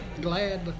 Glad